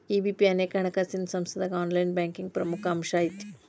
EBP ಅನೇಕ ಹಣಕಾಸಿನ್ ಸಂಸ್ಥಾದಾಗ ಆನ್ಲೈನ್ ಬ್ಯಾಂಕಿಂಗ್ನ ಪ್ರಮುಖ ಅಂಶಾಐತಿ